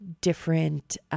different